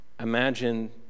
imagine